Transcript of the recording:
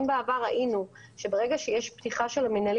אם בעבר ראינו שברגע שיש פתיחה של המינהלי